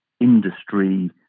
industry